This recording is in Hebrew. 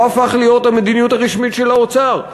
לא הפך להיות המדיניות הרשמית של האוצר.